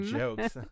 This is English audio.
jokes